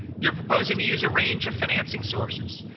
you're proposing to use a range of financing sources.